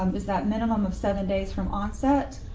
um is that minimum of seven days from onset,